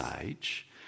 age